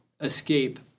escape